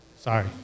Sorry